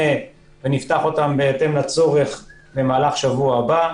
ונפתח אותם בהתאם לצורך במהלך שבוע הבא.